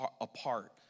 apart